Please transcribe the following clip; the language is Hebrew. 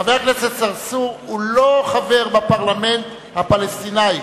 חבר הכנסת צרצור הוא לא חבר בפרלמנט הפלסטיני.